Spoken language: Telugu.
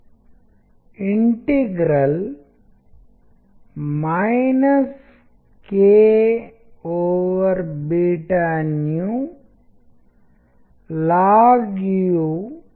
మరియు మనం టైపోగ్రఫీ గురించి చెప్పాలంటే టైపోగ్రఫీ నిర్దిష్ట టెక్స్ట్ యొక్క నిర్దిష్ట లక్షణాలను నాణ్యత గురుంచి తెలియజేస్తుంది